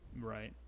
Right